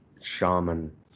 shaman